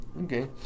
Okay